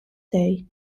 day